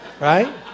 Right